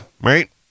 right